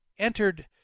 entered